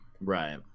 right